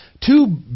two